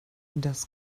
das